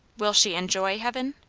will she enjoy heaven?